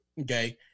okay